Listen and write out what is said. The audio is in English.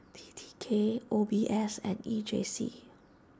T T K O B S and E J C